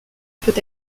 peut